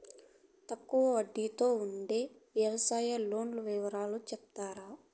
తక్కువ వడ్డీ తో ఉండే వ్యవసాయం లోను వివరాలు సెప్తారా?